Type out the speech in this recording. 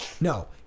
No